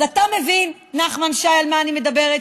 אז אתה מבין, נחמן שי, על מה אני מדברת?